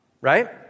right